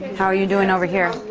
how are you doing over here?